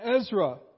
Ezra